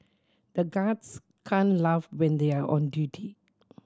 the guards can laugh when they are on duty